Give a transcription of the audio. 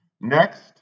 Next